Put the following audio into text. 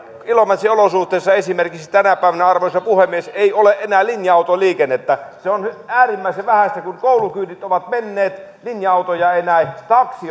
ilomantsin olosuhteissa esimerkiksi tänä päivänä arvoisa puhemies ole enää linja autoliikennettä se on nyt äärimmäisen vähäistä kun koulukyydit ovat menneet linja autoja ei näe taksi